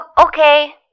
okay